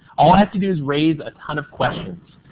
all i have to do is raise a ton of questions.